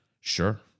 Sure